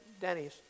Denny's